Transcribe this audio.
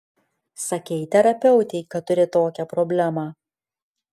sakei terapeutei kad turi tokią problemą